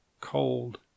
cold